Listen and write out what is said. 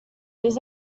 des